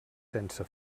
sense